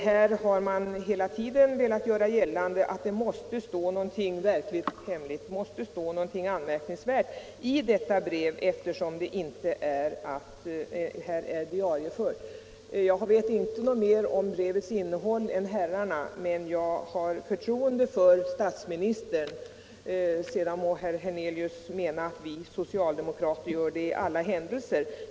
Man har hela tiden velat göra gällande att det måste stå någonting hemligt och anmärkningsvärt i detta brev, eftersom det inte är diariefört. Jag vet inte mer om brevets innehåll än herrarna, men jag har förtroende för statsministern. Sedan må herr Hernelius mena att vi socialdemokrater har det i alla händelser.